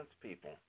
people